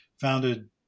founded